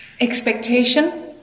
expectation